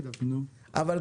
הצבעה אושר הצעת החוק אושרה.